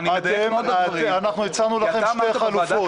אנחנו הצענו לכם שתי חלופות --- לא,